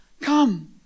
come